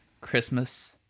Christmas